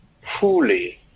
fully